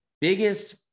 biggest